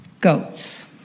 goats